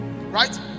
Right